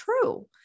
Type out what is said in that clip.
true